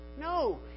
No